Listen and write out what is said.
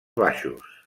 baixos